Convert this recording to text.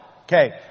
Okay